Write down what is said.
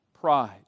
pride